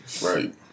right